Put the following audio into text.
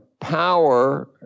Power